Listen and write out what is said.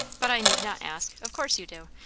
but i need not ask! of course you do.